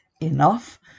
enough